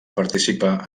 participar